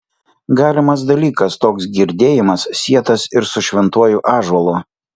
galimas dalykas toks girdėjimas sietas ir su šventuoju ąžuolu